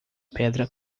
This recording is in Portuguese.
pedra